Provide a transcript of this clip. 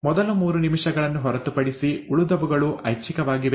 ಮೊದಲ ಮೂರು ನಿಮಿಷಗಳನ್ನು ಹೊರತುಪಡಿಸಿ ಉಳಿದವುಗಳು ಐಚ್ಛಿಕವಾಗಿವೆ